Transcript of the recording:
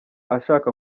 ashaka